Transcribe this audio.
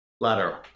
letter